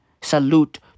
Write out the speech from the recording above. Salute